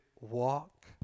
walk